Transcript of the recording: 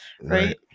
Right